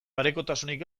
parekotasunik